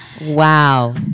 Wow